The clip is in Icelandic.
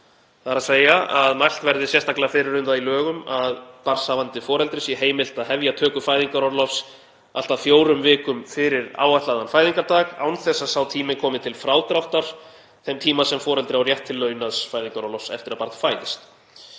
Danmörku, þ.e. að mælt verði sérstaklega fyrir um það í lögum að barnshafandi foreldri sé heimilt að hefja töku fæðingarorlofs allt að fjórum vikum fyrir áætlaðan fæðingardag án þess að sá tími komi til frádráttar þeim tíma sem foreldri á rétt til launaðs fæðingarorlofs eftir að barn fæðist.